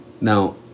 Now